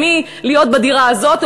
בחוק ההסדרים,